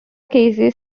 cases